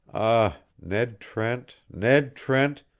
ah, ned trent, ned trent,